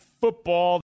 Football